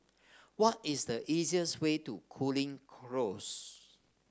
what is the easiest way to Cooling Close